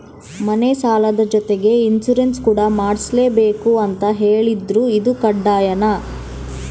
ಮನೆ ಸಾಲದ ಜೊತೆಗೆ ಇನ್ಸುರೆನ್ಸ್ ಕೂಡ ಮಾಡ್ಸಲೇಬೇಕು ಅಂತ ಹೇಳಿದ್ರು ಇದು ಕಡ್ಡಾಯನಾ?